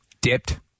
dipped